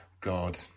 God